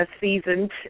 seasoned